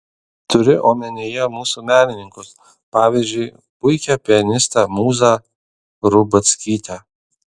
turiu omenyje mūsų menininkus pavyzdžiui puikią pianistę mūzą rubackytę